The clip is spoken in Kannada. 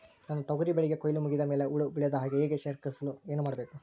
ನನ್ನ ತೊಗರಿ ಬೆಳೆಗೆ ಕೊಯ್ಲು ಮುಗಿದ ಮೇಲೆ ಹುಳು ಬೇಳದ ಹಾಗೆ ಶೇಖರಿಸಲು ಏನು ಮಾಡಬೇಕು?